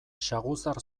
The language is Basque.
saguzar